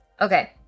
Okay